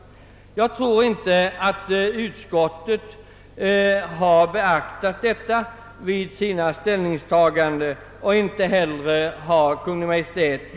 Vare sig utskottet eller Kungl. Maj:t har beaktat detta vid sina ställningstaganden.